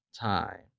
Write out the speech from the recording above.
time